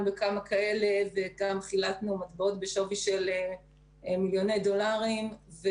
בכמה כאלו וגם חילקנו מטבעות בשווי של מיליוני דולרים.